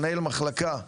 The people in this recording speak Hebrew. לנהל מחלקה,